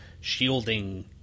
shielding